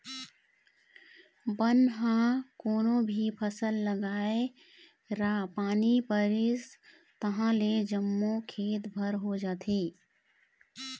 बन ह कोनो भी फसल लगाए र पानी परिस तहाँले जम्मो खेत भर हो जाथे